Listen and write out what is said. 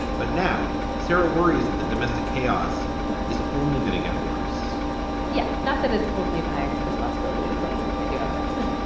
but now sarah worries that the domestic chaos is only going to get worse yeah. not that it's only my responsibility to clean like i do have asthma,